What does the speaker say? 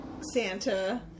Santa